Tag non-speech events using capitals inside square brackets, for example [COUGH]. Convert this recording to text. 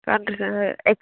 [UNINTELLIGIBLE] এক